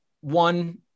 one